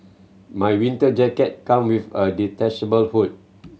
my winter jacket come with a detachable hood